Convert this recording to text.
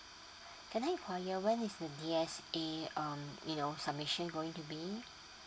can I inquire when is the D_S_A um you know submission going to be